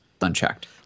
unchecked